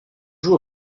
joue